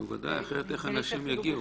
נו, ודאי, אחרת איך אנשים יגיעו.